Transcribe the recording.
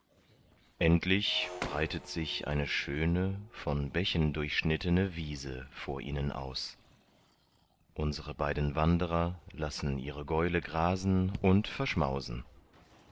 endlich breitet sich eine schöne von bächen durchschnittene wiese von ihnen aus unsere beiden wanderer lassen ihre gäule grasen und verschmausen